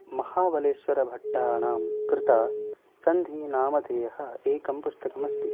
महाबलेश्वरभट्टानां कृतं सन्धिनामधेयः एकं पुस्तकम् अस्ति